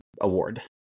award